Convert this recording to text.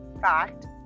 fact